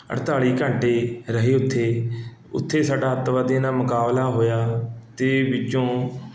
ਅਠਤਾਲੀ ਘੰਟੇ ਰਹੇ ਉੱਥੇ ਉੱਥੇ ਸਾਡਾ ਅੱਤਵਾਦੀਆਂ ਨਾਲ਼ ਮੁਕਾਬਲਾ ਹੋਇਆ ਅਤੇ ਵਿੱਚੋਂ